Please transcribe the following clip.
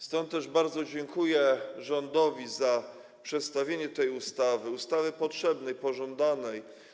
Stąd też bardzo dziękuję rządowi za przedstawienie tej ustawy, ustawy potrzebnej, pożądanej.